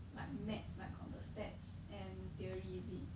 like maths like got the stats and theory is it